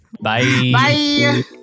Bye